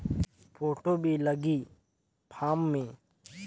Photo भी लगी form मे?